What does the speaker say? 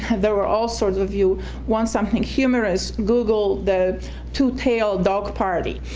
and there were all sorts of you want something humorous, google the two-tailed dog party,